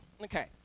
Okay